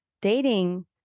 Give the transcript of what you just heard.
dating